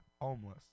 homeless